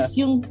yung